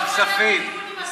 לוועדת כספים.